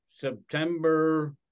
September